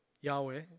Yahweh